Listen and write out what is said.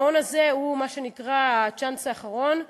המעון הזה הוא מה שנקרא הצ'אנס האחרון,